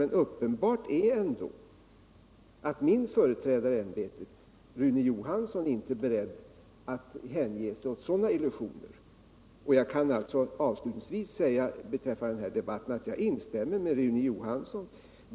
Men uppenbart är ändå att min företrädare i ämbetet, Rune Johansson i Ljungby, inte är beredd att hänge sig åt sådana illusioner. Jag kan avslutningsvis säga beträffande denna debatt att jag instämmer med Rune Johansson.